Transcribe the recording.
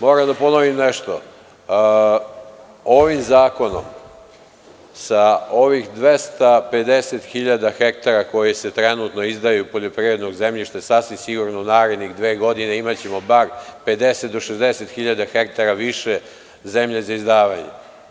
Moram da ponovim nešto, ovim zakonom sa ovih 250 hiljada hektara koji se trenutno izdaju u poljoprivredno zemljište, sasvim sigurno u naredne dve godine imaćemo bar 50 do 60 hiljada hektara više zemlje za izdavanje.